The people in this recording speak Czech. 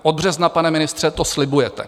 Od března, pane ministře, to slibujete.